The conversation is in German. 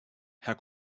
herr